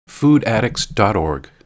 foodaddicts.org